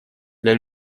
для